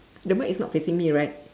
the mic is not facing me right